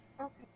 Okay